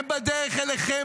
הם בדרך אליכם,